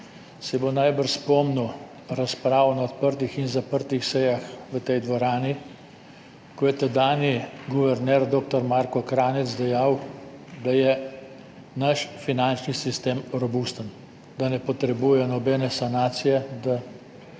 se bo najbrž spomnil razprave na odprtih in zaprtih sejah v tej dvorani, ko je tedanji guverner dr. Marko Kranjec dejal, da je naš finančni sistem robusten, da ne potrebuje nobene sanacije, da